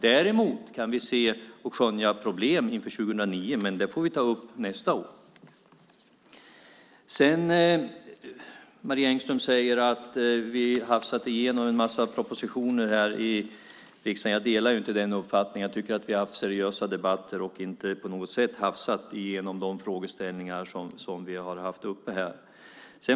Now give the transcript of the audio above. Däremot kan verket skönja problem inför 2009, men de får tas upp nästa år. Marie Engström säger att vi har hafsat igenom en massa propositioner i riksdagen. Jag delar inte den uppfattningen. Jag tycker att vi har haft seriösa debatter och inte på något sätt har hafsat igenom de frågeställningar som vi har haft uppe.